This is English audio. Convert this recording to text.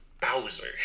Bowser